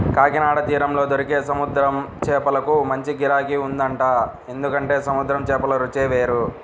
కాకినాడ తీరంలో దొరికే సముద్రం చేపలకు మంచి గిరాకీ ఉంటదంట, ఎందుకంటే సముద్రం చేపల రుచే వేరు